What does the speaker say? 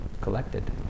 collected